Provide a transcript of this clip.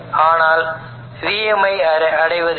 ஆனால் Vm ஐ பெறுவது எப்படி